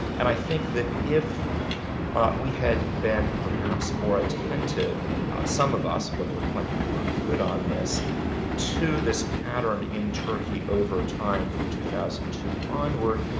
and i think that if we had been perhaps more attentive some of us although there were plenty who were good on this to this pattern in turkey over time from two thousand and two onward,